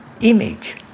image